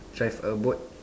drive a boat